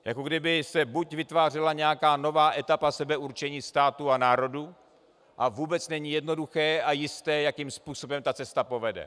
Jako kdyby se buď vytvářela nějaká nová etapa sebeurčení států a národů, a vůbec není jednoduché a jisté, jakým způsobem ta cesta povede.